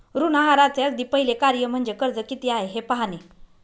ऋण आहाराचे अगदी पहिले कार्य म्हणजे कर्ज किती आहे हे पाहणे